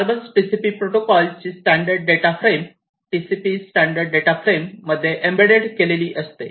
Modbus TCP protocol ची standard data frame TCP standard data frame मध्ये embedded केलेली असते